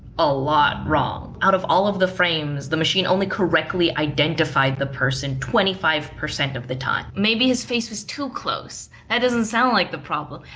a lot wrong. out of all of the frames, the machine only correctly identified the person twenty five percent of the time. maybe his face was too close. that doesn't sound like the problem.